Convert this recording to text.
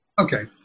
Okay